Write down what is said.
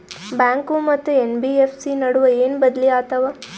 Bank ಮತ್ತ NBFC ನಡುವ ಏನ ಬದಲಿ ಆತವ?